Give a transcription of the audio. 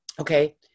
okay